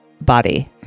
body